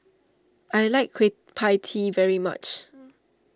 I like Kueh Pie Tee very much